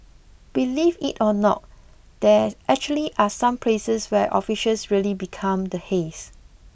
believe it or not there actually are some places where officials really become the haze